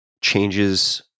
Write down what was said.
changes